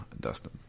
dustin